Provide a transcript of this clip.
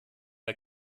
der